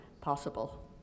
possible